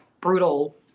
brutal